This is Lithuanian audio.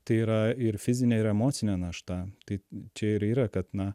tai yra ir fizinė ir emocinė našta tai čia ir yra kad na